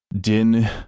Din